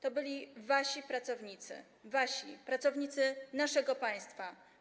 To byli wasi pracownicy, pracownicy naszego państwa.